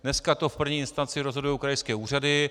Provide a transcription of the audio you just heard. Dneska to v první instanci rozhodují krajské úřady.